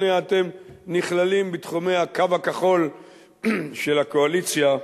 הנה אתם נכללים בתחומי הקו הכחול של הקואליציה.